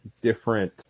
different